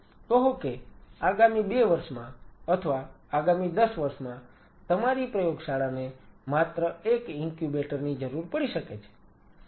કહો કે આગામી 2 વર્ષમાં અથવા આગામી 10 વર્ષમાં તમારી પ્રયોગશાળાને માત્ર એક ઇન્ક્યુબેટર ની જરૂર પડી શકે છે